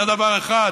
זה דבר אחד.